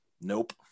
nope